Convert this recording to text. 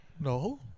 No